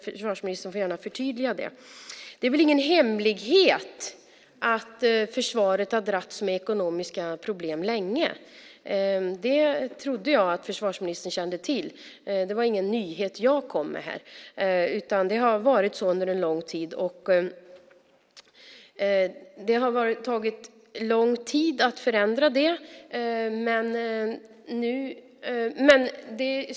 Försvarsministern får gärna förtydliga det. Det är väl ingen hemlighet att försvaret länge har dragits med ekonomiska problem; det trodde jag att försvarsministern kände till. Det var ingen nyhet som jag här kom med, utan det har under en lång tid varit på nämnda sätt. Det har tagit lång tid att förändra.